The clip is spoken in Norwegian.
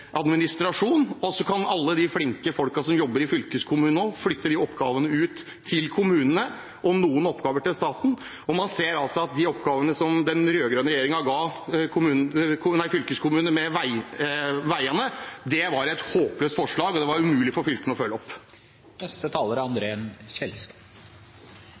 Så kan alle de flinke folkene som jobber i fylkeskommunene nå, flytte oppgavene ut til kommunene og noen oppgaver til staten. Man ser at det å gi fylkeskommunene oppgaver med veiene, som den rød-grønne regjeringen gjorde, var et håpløst forslag. Det var umulig for fylkene å følge opp.